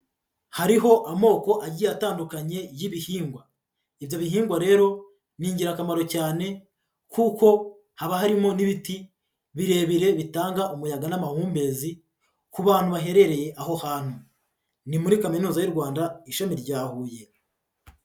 Hariho amoko agiye atandukanye y'ibihingwa, ibyo bihingwa rero ni ingirakamaro cyane kuko haba harimo n'ibiti birebire bitanga umuyaga n'amahumbezi ku bantu baherereye aho hantu, ni muri kaminuza y'u Rwanda ishami rya Huye.